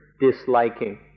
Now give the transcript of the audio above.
disliking